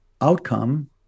outcome